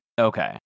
Okay